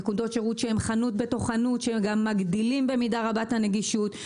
נקודות שירות שהן חנות בתוך חנות מה שמגדיל במידה רבה את הנגישות.